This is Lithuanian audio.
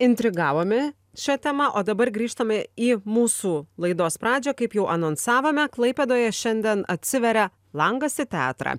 intrigavome šia tema o dabar grįžtame į mūsų laidos pradžią kaip jau anonsavome klaipėdoje šiandien atsiveria langas į teatrą